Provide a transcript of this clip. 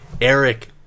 eric